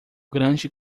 grande